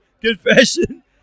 confession